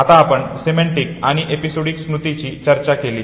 आत्ता आपण सिमेंटिक आणि एपिसोडिक स्मृतीची चर्चा केली